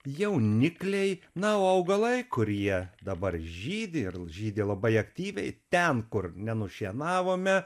jaunikliai na o augalai kurie dabar žydi ir žydi labai aktyviai ten kur ne nušienavome